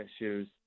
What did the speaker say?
issues